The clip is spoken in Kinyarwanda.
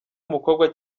umukobwa